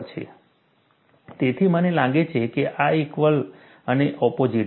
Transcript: તેથી મને લાગે છે કે આ ઇક્વલ અને ઓપોઝિટ છે